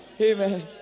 Amen